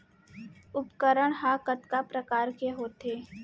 उपकरण हा कतका प्रकार के होथे?